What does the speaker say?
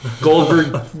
Goldberg